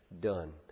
done